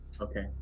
Okay